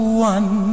one